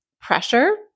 pressure